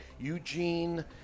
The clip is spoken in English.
Eugene